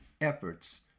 efforts